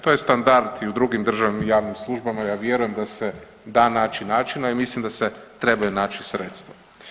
To je standard i u drugim državama i javnim službama, ja vjerujem da se da naći načina i mislim da se trebaju naći sredstva.